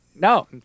no